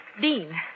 Dean